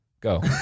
Go